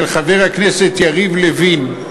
של חבר הכנסת יריב לוין,